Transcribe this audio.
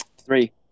Three